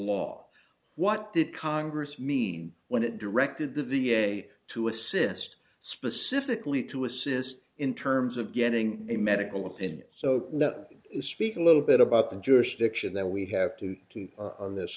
law what did congress mean when it directed the v a to assist specifically to assist in terms of getting a medical opinion so the speak a little bit about the jurisdiction that we have to this